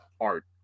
art